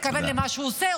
מתכוון למה שהוא עושה,